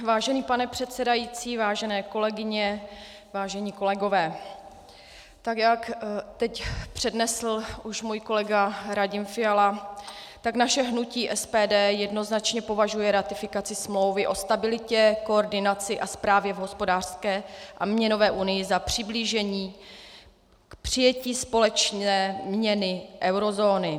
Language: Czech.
Vážený pane předsedající, vážené kolegyně, vážení kolegové, teď to přednesl už můj kolega Radim Fiala, tak naše hnutí SPD jednoznačně považuje ratifikaci Smlouvy o stabilitě, koordinaci a správě v hospodářské a měnové unii za přiblížení k přijetí společné měny eurozóny.